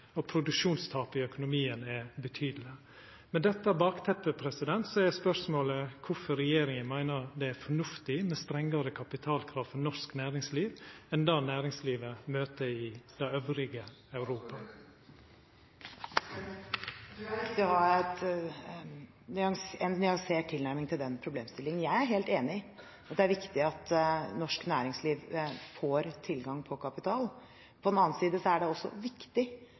og produksjonstapet i økonomien er betydeleg. Med dette bakteppet er spørsmålet kvifor regjeringa meiner det er fornuftig med strengare kapitalkrav for norsk næringsliv enn det næringslivet møter i Europa elles. Jeg tror det er viktig å ha en nyansert tilnærming til den problemstillingen. Jeg er helt enig i at det er viktig at norsk næringsliv får tilgang på kapital. På den annen side er det også viktig